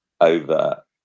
over